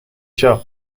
شاپ